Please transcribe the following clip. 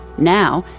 now,